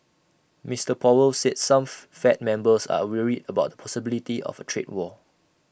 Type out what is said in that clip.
Mister powell said some fed members are worried about possibility of A trade war